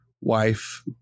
wife